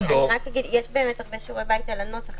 יש הרבה שיעורי בית על הנוסח,